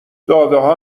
دادهها